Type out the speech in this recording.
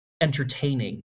entertaining